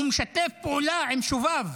הוא משתף פעולה עם שוביו.